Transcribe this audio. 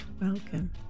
welcome